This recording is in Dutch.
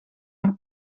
haar